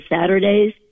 Saturdays